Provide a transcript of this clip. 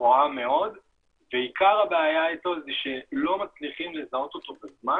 גבוהה מאוד ועיקר הבעיה היא שלא מצליחים לזהות אותו בזמן,